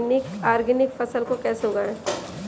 Organic फसल को कैसे उगाएँ?